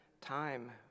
time